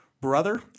brother